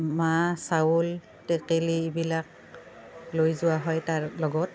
মাহ চাউল টেকেলী এইবিলাক লৈ যোৱা হয় তাৰ লগত